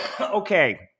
Okay